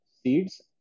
Seeds